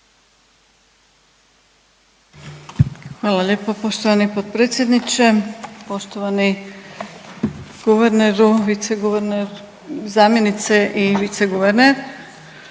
Hvala lijepo poštovani potpredsjedniče. Poštovani guverneru, viceguverner, zamjenice i viceguverner,